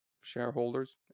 shareholders